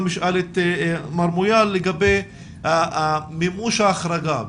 אשאל את מר מויאל לגבי מימוש ההחרגה.